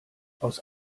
aus